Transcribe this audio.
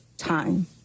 time